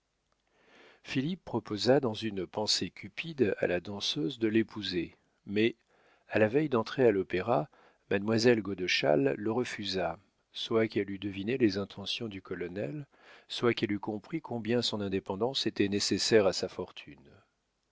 proposa dans une pensée cupide à la danseuse de l'épouser mais à la veille d'entrer à l'opéra mademoiselle godeschal le refusa soit qu'elle eût deviné les intentions du colonel soit qu'elle eût compris combien son indépendance était nécessaire à sa fortune